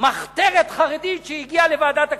מחתרת חרדית שהגיעה לוועדת הכספים: